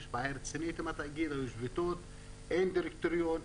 אין דירקטוריון,